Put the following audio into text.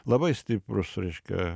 labai stiprūs reiškia